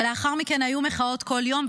ולאחר מכן היו מחאות כל יום,